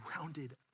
rounded